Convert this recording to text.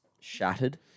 shattered